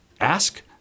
ask